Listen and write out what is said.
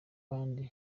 kandi